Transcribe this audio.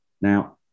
Now